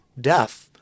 death